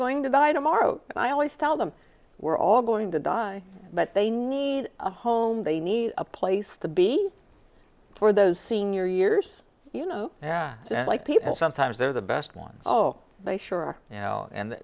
going to die tomorrow and i always tell them we're all going to die but they need a home they need a place to be for those senior years you know yeah like people sometimes they're the best ones oh they sure are now and